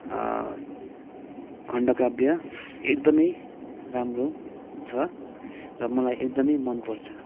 खण्डकाव्य एकदमै राम्रो छ र मलाई एकदमै मन पर्छ